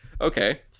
okay